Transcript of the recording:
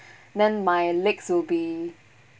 then my legs will be